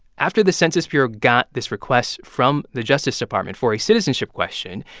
after the census bureau got this request from the justice department for a citizenship question,